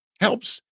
helps